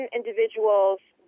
individuals